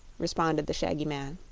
responded the shaggy man.